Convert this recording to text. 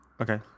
Okay